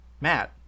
Matt